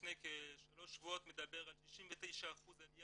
לפני כשלושה שבועות מדבר על 69% עליה